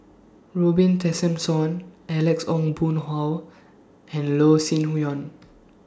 Robin Tessensohn Alex Ong Boon Hau and Loh Sin Yun